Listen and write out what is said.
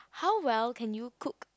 how well can you cook